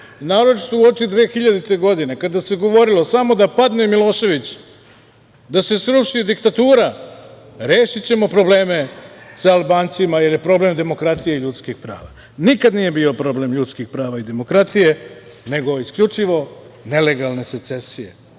naročito uoči 2000. godine, kada se govorilo – samo da padne Milošević, da se sruši diktatura, rešićemo probleme sa Albancima, jer je problem demokratija i ljudska prava. Nikada nije bio problem ljudskih prava i demokratije, nego isključivo nelegalne secesije